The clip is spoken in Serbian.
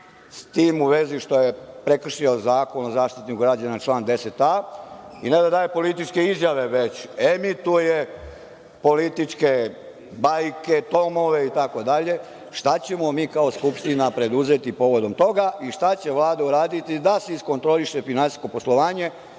s tim u vezi što je prekršio Zakon o Zaštiniku građana, član 10a, i onda daje političke izjave, već emituje političke bajke, tomove itd? Šta ćemo mi kao Skupština preduzeti povodom toga? Šta će Vlada uraditi da se iskontroliše finansijsko poslovanje